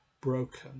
broken